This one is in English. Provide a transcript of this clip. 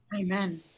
Amen